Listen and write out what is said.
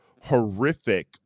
horrific